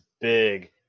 big